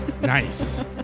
Nice